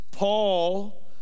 Paul